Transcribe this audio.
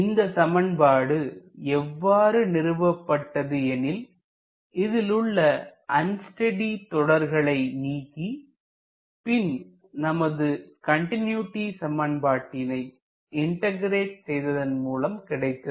இந்த சமன்பாடு எவ்வாறு நிறுவப்பட்டது எனில் இது உள்ள அன்ஸ்டெடி தொடர்களை நீக்கி பின் நமது கண்டினூட்டி சமன்பாட்டினை இன்டெகிரெட் செய்ததன் மூலம் கிடைத்தது